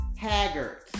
haggard